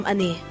Ani